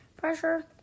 Pressure